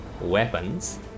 weapons